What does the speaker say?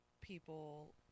people